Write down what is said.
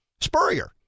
spurrier